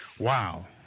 Wow